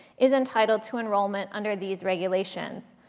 is entitled to enrollment under these regulations.